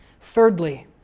Thirdly